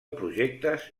projectes